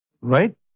Right